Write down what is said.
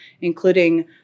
including